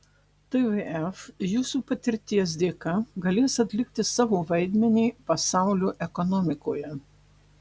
tvf jūsų patirties dėka galės atlikti savo vaidmenį pasaulio ekonomikoje